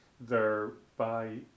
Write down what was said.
thereby